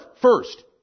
first